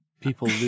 people